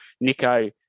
Nico